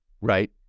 right